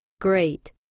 Great